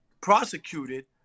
prosecuted